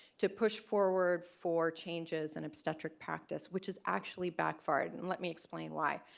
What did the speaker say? to push forward for changes in obstetric practice which is actually backfired and let me explain why.